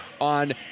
on